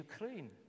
Ukraine